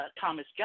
thomas